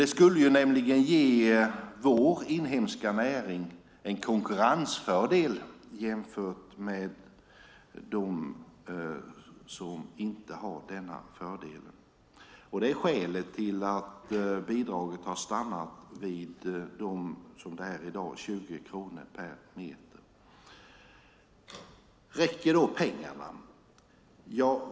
Det skulle nämligen ge vår inhemska näring en konkurrensfördel jämfört med dem som inte har den fördelen. Det är skälet till att bidraget stannat vid, som det är i dag, 20 kronor per meter. Räcker pengarna?